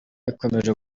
ikomeje